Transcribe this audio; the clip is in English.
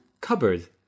cupboard